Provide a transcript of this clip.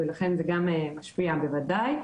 ולכן זה גם משפיע בוודאי.